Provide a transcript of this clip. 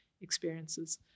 experiences